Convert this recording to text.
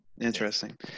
interesting